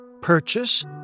purchase